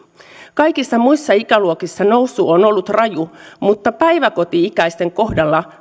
kaikissa muissa ikäluokissa nousu on ollut raju mutta päiväkoti ikäisten kohdalla